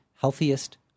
healthiest